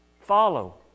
Follow